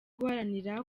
guharanira